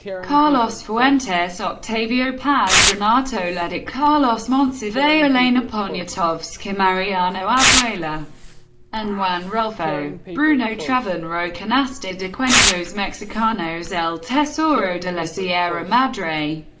carlos fuentes, octavio paz, renato leduc, carlos monsivais, elena poniatowska, mariano azuela and juan rulfo. bruno traven wrote canasta de cuentos mexicanos, el tesoro de la sierra madre.